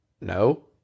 No